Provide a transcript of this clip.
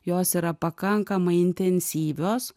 jos yra pakankamai intensyvios